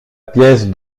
pièce